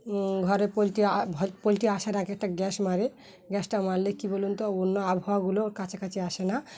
ঘরে poultry poultry আসার আগে একটা গ্যাস মারে গ্যাসটা মারলে কী বলুন তো অন্য আবহাওয়াগুলো ওর কাছাকাছি আসে না